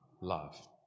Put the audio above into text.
love